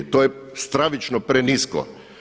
To je stravično prenisko.